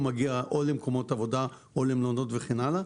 מגיע או למקומות עבודה או למלונות וכן הלאה,